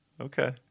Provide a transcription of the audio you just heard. okay